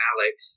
Alex